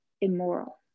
immoral